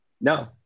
No